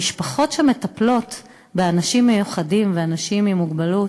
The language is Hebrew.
המשפחות שמטפלות באנשים מיוחדים ואנשים עם מוגבלות,